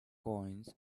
coins